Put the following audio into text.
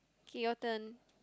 okay your turn